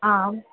आम्